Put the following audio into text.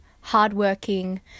hardworking